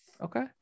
Okay